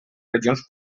regions